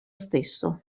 stesso